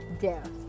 death